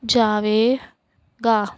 ਜਾਵੇਗਾ